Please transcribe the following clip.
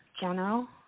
general